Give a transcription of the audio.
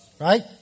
right